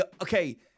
Okay